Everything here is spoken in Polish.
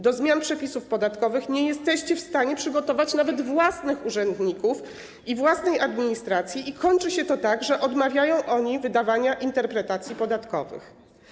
Do zmian przepisów podatkowych nie jesteście w stanie przygotować nawet własnych urzędników własnej administracji i kończy się to tak, że odmawiają oni wydawania interpretacji podatkowych.